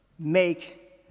Make